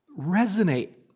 resonate